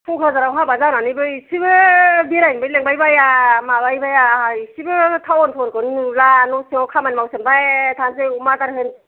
क'क्राझारयाव हाबा जानानैबो एसेबो बेरायनोबो लेंबाय बाया माबाय बाया आंहा एसेबो टाउन सहरखौनो नुला न' सिङावनो खामानि मावसोमबाय थानोसै अमा आदार होन